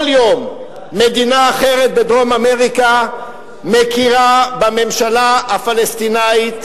כל יום מדינה אחרת בדרום-אמריקה מכירה בממשלה הפלסטינית,